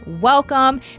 welcome